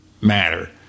matter